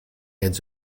edge